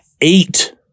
eight